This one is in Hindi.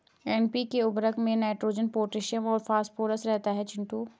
एन.पी.के उर्वरक में नाइट्रोजन पोटैशियम और फास्फोरस रहता है चिंटू